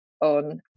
on